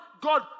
God